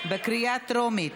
בקריאה טרומית.